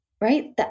right